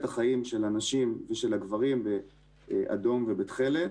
החיים של הנשים ושל הגברים באדום ובתכלת,